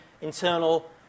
internal